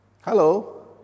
hello